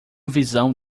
visão